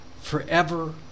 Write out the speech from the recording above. forever